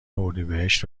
اردیبهشت